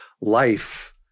life